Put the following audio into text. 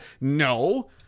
no